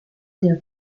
der